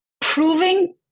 proving